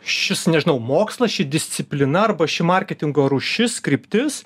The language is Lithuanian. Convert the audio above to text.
šis nežinau mokslas ši disciplina arba ši marketingo rūšis kryptis